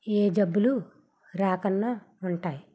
ఏ జబ్బులు రాకుండా ఉంటాయి